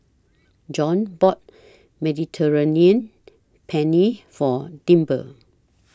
John bought Mediterranean Penne For Dimple